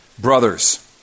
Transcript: Brothers